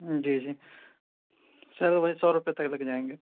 جی جی سر وہی سو روپے تک لگ جائیں گے